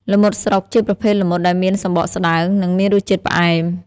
ល្មុតស្រុក ជាប្រភេទល្មុតដែលមានសំបកស្តើង និងមានរសជាតិផ្អែម។